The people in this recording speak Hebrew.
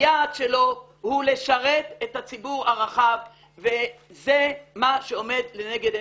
היעד שלו הוא לשרת את הציבור הרחב וזה מה שעומד לנגד עינינו.